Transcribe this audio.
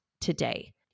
today